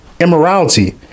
immorality